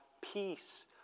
peace